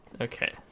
Okay